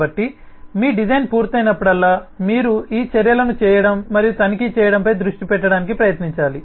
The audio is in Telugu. కాబట్టి మీ డిజైన్ పూర్తయినప్పుడల్లా మీరు ఈ చర్యలను చేయడం మరియు తనిఖీ చేయడంపై దృష్టి పెట్టడానికి ప్రయత్నించాలి